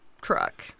truck